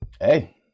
hey